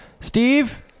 Steve